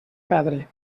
perdre